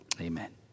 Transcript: amen